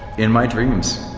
in my dreams.